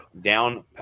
down